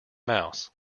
mouse